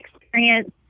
experience